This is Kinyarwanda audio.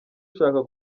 ushaka